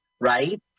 right